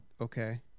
Okay